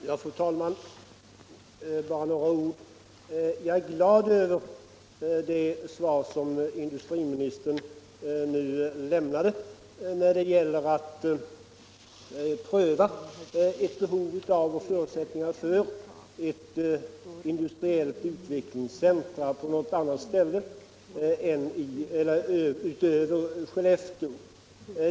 Fru talman! Bara några ord. Jag är glad över det svar som industriministern nu lämnade när det gäller att pröva ett behov av och förutsättningar för ett industriellt utvecklingscentrum på något annat ställe än Skellefteå.